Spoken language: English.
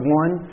one